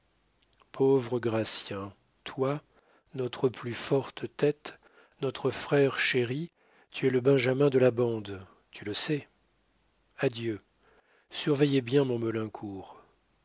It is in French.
pauvre gratien toi notre plus forte tête notre frère chéri tu es le benjamin de la bande tu le sais adieu surveillez bien mon maulincour